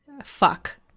Fuck